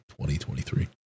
2023